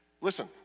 Listen